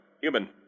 human